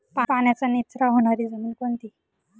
पाण्याचा निचरा होणारी जमीन कोणती?